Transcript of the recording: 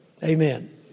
Amen